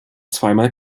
zweimal